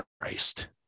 Christ